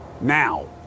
now